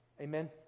Amen